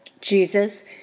Jesus